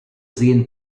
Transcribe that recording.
sehen